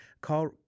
call